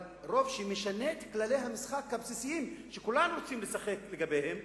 אבל רוב שמשנה את כללי המשחק הבסיסיים שכולם רוצים לשחק לפיהם,